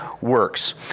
works